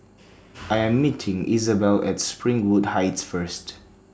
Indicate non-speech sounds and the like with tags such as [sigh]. [noise] I Am meeting Isabell At Springwood Heights First